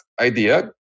idea